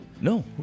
No